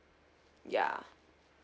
ya